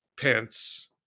Pence